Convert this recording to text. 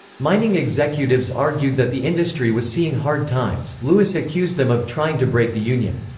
mining executives argued that the industry was seeing hard times lewis accused them of trying to break the union.